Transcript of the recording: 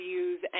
use